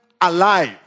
alive